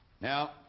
Now